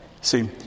See